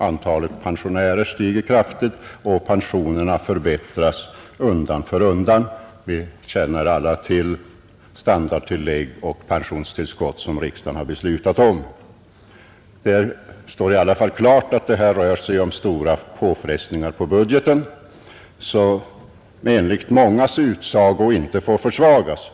Antalet pensionärer stiger ju kraftigt, och pensionerna förbättras undan för undan. Alla känner till de standardtillägg och pensionstillskott som riksdagen har beslutat om. Kostnaderna ökar därför år från år. Det står alltså klart att det här rör sig om stora påfrestningar på budgeten, en budget som enligt mångas utsago inte får försvagas.